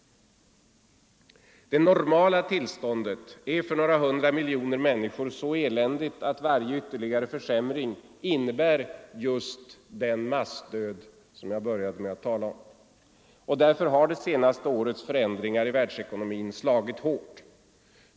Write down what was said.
Det ”normala” tillståndet är för några hundra miljoner människor så eländigt att varje ytterligare försämring innebär just den massdöd som rjning på landsbygden drar in i miljontal till städerna. Som jag började med att tala om. Därför har det senaste årets förändringar i världsekonomin slagit hårt.